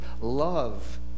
love